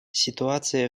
ситуация